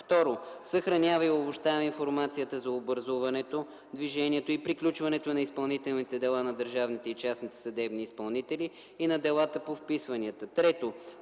2. съхранява и обобщава информацията за образуването, движението и приключването на изпълнителните дела на държавните и частните съдебни изпълнители и на делата по вписванията; 3.